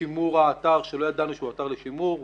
שימור האתר שלא ידענו שהוא אתר לשימור,